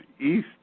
east